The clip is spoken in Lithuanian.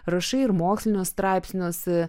rašai ir mokslinius straipsnius